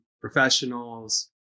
professionals